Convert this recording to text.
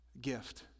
gift